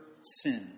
sin